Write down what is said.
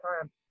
time